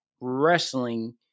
wrestling